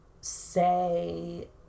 say